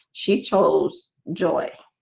she chose joy